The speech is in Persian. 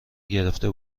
گرفته